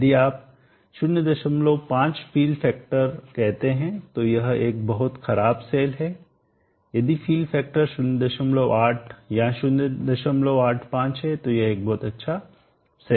यदि आप 05 fill factor कहते हैं तो यह एक बहुत खराब सेल है यदि फील फैक्टर 08 या 085 है तो यह एक बहुत अच्छा सेल है